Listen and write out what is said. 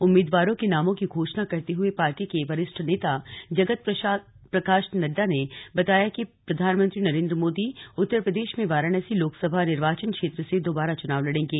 उम्मीदवारों के नामों की घोषणा करते हुए पार्टी के वरिष्ठ नेता जगत प्रकाश नड्डा ने बताया कि प्रधानमंत्री नरेन्द्र मोदी उत्तर प्रदेश में वाराणसी लोकसभा निर्वाचन क्षेत्र से दोबारा चुनाव लड़ेंगे